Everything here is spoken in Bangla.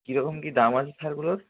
কী রকম কী দাম আছে সারগুলোর